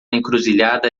encruzilhada